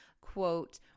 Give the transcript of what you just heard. quote